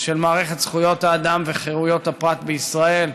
של מערכת זכויות האדם וחירויות הפרט בישראל,